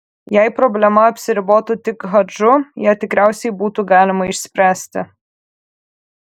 jei problema apsiribotų tik hadžu ją tikriausiai būtų galima išspręsti